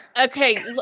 Okay